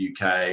UK